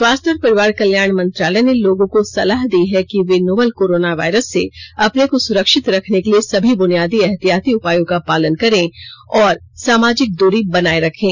स्वास्थ्य और परिवार कल्याण मंत्रालय ने लोगों को सलाह दी है कि वे नोवल कोरोना वायरस से अपने को सुरक्षित रखने के लिए सभी बुनियादी एहतियाती उपायों का पालन करें और सामाजिक दूरी बनाए रखें